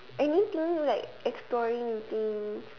anything like exploring with you